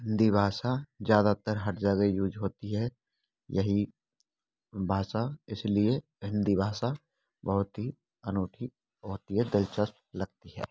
हिंदी भाषा ज़्यादातर हर जगह यूज़ होती है यही भाषा इसलिए हिंदी भाषा बहुत ही अनोखी बहुत ही दिलचस्प लगती है